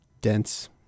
dense